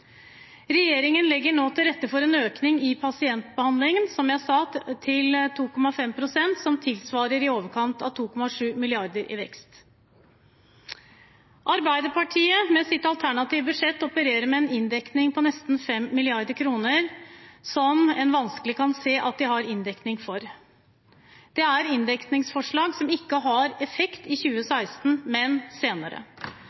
Regjeringen legger nå til rette for en økning i pasientbehandlingen – som jeg sa – til 2,5 pst., som tilsvarer i overkant av 2,7 mrd. kr i vekst. Arbeiderpartiet, med sitt alternative budsjett, opererer med en inndekning på nesten 5 mrd. kr, som en vanskelig kan se at de har inndekning for. Det er inndekningsforslag som ikke har effekt i 2016, men senere.